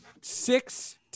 six